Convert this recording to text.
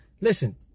Listen